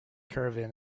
caravan